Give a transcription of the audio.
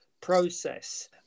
process